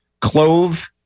clove